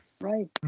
Right